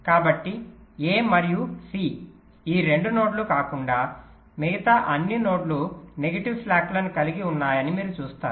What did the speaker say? కాబట్టి a మరియు c ఈ 2 నోడ్లు కాకుండా మిగతా అన్ని నోడ్లు నెగటివ్ స్లాక్లను కలిగి ఉన్నాయని మీరు చూస్తారు